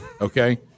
Okay